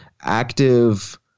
active